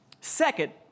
Second